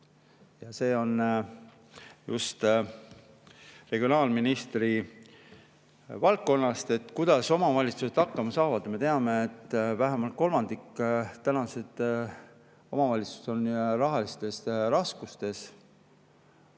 [puudutab] just regionaalministri valdkonda, kuidas omavalitsused hakkama saavad. Me teame, et vähemalt kolmandik omavalitsustest on rahalistes raskustes.